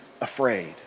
afraid